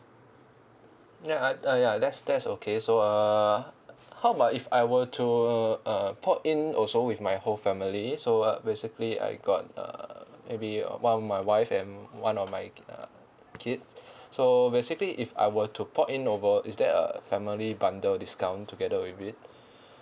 ya uh uh ya that's that's okay so uh how about if I were to uh port in also with my whole family so uh basically I got uh maybe one of my wife and one of my uh kid so basically if I were to port in over is there a family bundle discount together with it